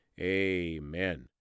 amen